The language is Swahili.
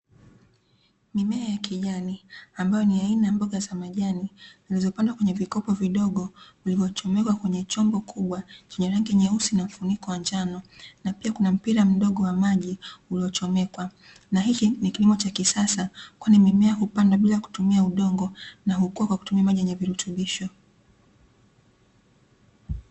Mimea ya kijani ambayo ni aina ya mboga za majani zinazopandwa kwenye vikopo vidogo vilivyochomekwa kwenye chombo kubwa chenye rangi nyeusi na mfuniko wa njano, na pia kuna mpira mdogo wa maji uliochomekwa, na hiki ni kilimo cha kisasa kwani mimea hupandwa bila kutumia udongo na hukua kwa kutumia maji yenye virutubisho.